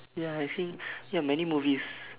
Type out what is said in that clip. ya I think ya many movies